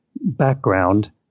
background